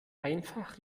einfach